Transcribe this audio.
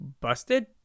busted